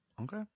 Okay